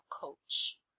coach